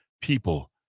people